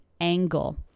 angle